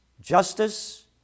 Justice